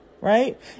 right